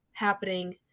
happening